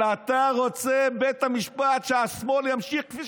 אלא שאתה רוצה מבית המשפט שהשמאל ימשיך כפי